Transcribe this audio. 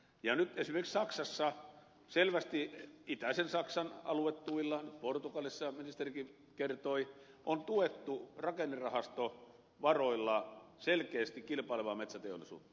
nyt esimerkiksi saksassa selvästi itäisen saksan aluetuilla portugalissa ministerikin kertoi on tuettu rakennerahastovaroilla selkeästi kilpailevaa metsäteollisuutta